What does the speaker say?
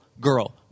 girl